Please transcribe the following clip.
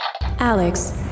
Alex